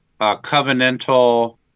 covenantal